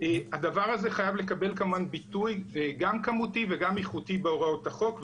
הדבר הזה חייב לקבל כמובן ביטוי גם כמותי וגם איכותי בהוראות החוק,